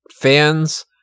fans